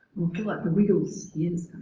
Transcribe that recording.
we'll feel like the wiggles yes